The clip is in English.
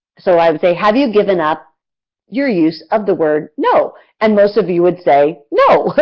so i would say, have you given up your use of the word no and most of you would say no,